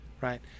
Right